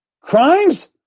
Crimes